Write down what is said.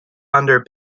under